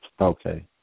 Okay